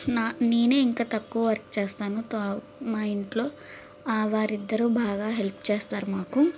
నా నేనే ఇంకా తక్కువ వర్క్ చేస్తాను మా ఇంట్లో ఆ వారిద్దరు బాగా హెల్ప్ చేస్తారు మాకు